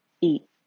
Eat